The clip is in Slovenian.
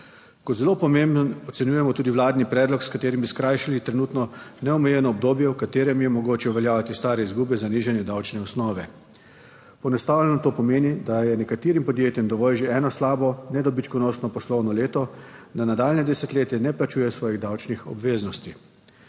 Kot zelo pomembno ocenjujemo tudi vladni predlog s katerim bi skrajšali trenutno neomejeno obdobje, v katerem je mogoče uveljavljati stare izgube za nižanje davčne osnove. Poenostavljeno to pomeni, da je nekaterim podjetjem dovolj že eno slabo nedobičkonosno poslovno leto, da nadaljnje desetletje ne plačuje svojih davčnih obveznosti.